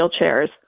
wheelchairs